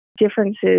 differences